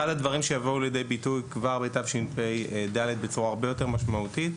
אחד הדברים שיבוא לידי ביטוי כבר בתשפ"ד בצורה הרבה יותר משמעותית,